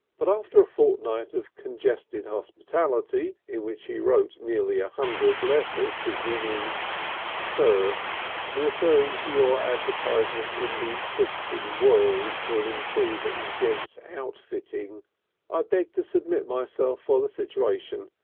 but after a fortnight of congested hospitality in which he wrote nearly ah hundred letters beginning sir referring to your advt. and in the christian world for an improver in gents' outfitting i beg to submit myself for the situation.